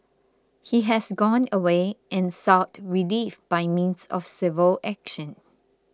he has gone away and sought relief by means of civil action